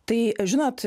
tai žinot